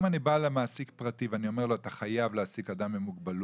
אני בא למעסיק פרטי ואני אומר לו שהוא חייב להעסיק אדם עם מוגבלות,